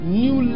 new